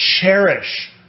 cherish